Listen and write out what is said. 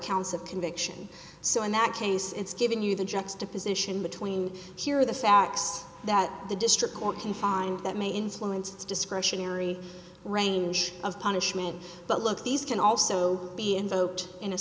counts of conviction so in that case it's given you the juxtaposition between here the facts that the district court can find that may influence its discretionary range of punishment but look these can also be invoked in a